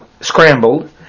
scrambled